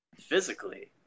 physically